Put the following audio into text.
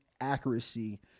accuracy